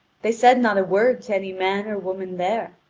they said not a word to any man or woman there,